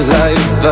life